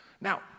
Now